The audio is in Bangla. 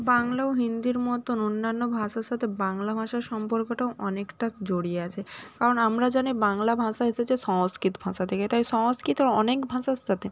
বাংলা ও হিন্দির মতন অন্যান্য ভাষার সাথে বাংলা ভাষার সম্পর্কটাও অনেকটা জড়িয়ে আছে কারণ আমরা জানি বাংলা ভাষা এসেছে সংস্কৃত ভাষা থেকে তাই সংস্কৃতর অনেক ভাষার সাথে